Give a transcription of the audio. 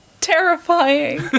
Terrifying